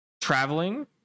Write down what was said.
traveling